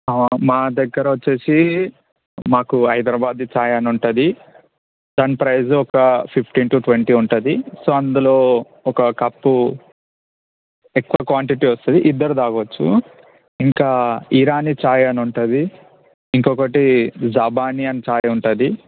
మా దగ్గర వచ్చేసి మాకు హైదరబాదీ చాయ్ అనుంటుంది దాని ప్రైజు ఒక ఫిఫ్టీన్ టూ ట్వంటీ ఉంటుంది సో అందులో ఒక కప్పు ఎక్కువ క్వాంటిటీ వస్తుంది ఇద్దరు తాగొచ్చు ఇంకా ఇరానీ చాయ్ అనుంటది ఇంకోకటి జాబాని అనే చాయ్ ఉంటుంది